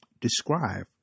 describe